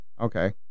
Okay